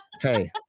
hey